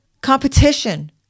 competition